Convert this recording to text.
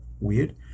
weird